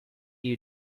you